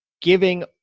giving